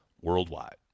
worldwide